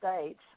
States